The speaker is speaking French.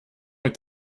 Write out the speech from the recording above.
est